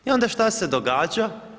I onda šta se događa?